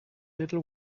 little